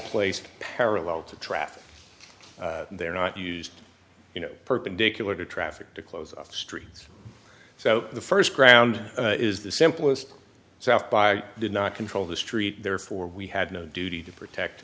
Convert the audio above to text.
placed parallel to traffic they're not used you know perpendicular to traffic to close off streets so the first ground is the simplest south by did not control the street therefore we had no duty to protect